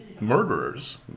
Murderers